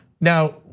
Now